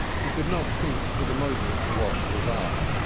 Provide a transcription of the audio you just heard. he could not think for the moment what was up,